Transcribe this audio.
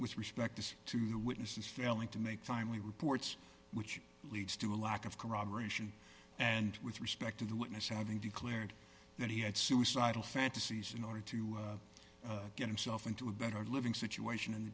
with respect to the witnesses failing to make timely reports which leads to a lack of corroboration and with respect to the witness having declared that he had suicidal fantasies in order to get himself into a better living situation in the